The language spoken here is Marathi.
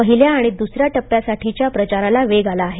पहिल्याआणि दुसऱ्या टप्प्यासाठीच्या प्रचाराला वेग आला आहे